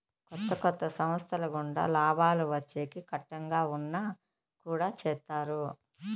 కొత్త కొత్త సంస్థల గుండా లాభాలు వచ్చేకి కట్టంగా ఉన్నా కుడా చేత్తారు